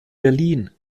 berlin